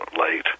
late